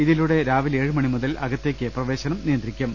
ഇതിലൂടെ രാവിലെ ഏഴ് മണി മുതൽ അകത്തേക്ക് പ്രവേശനം നിയന്ത്രിക്കും